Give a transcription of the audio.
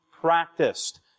practiced